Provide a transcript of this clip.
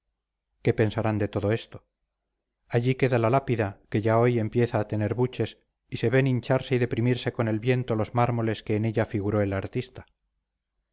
qué pensarán de todo esto allí queda la lápida que ya hoy empieza a tener buches y se ven hincharse y deprimirse con el viento los mármoles que en ella figuró el artista